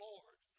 Lord